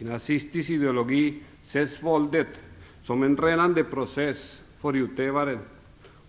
I nazistisk ideologi ses våldet som en renande process för utövaren,